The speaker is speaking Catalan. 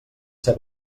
ser